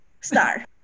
star